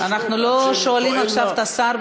אנחנו לא שואלים עכשיו את השר,